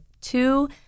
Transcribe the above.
two